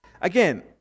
Again